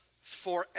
forever